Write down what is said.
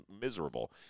miserable